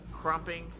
Crumping